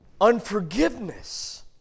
Unforgiveness